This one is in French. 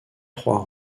trois